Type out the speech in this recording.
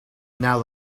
now